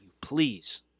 please